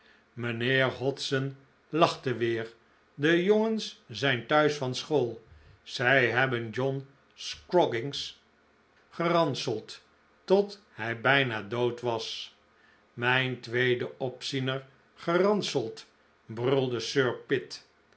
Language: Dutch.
mijnheer hodson lachte weer de jongens zijn thuis van school zij hebben john scroggins geranseld tot hij bijna dood was mijn tweeden opziener geranseld brulde sir pitt